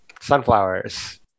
Sunflowers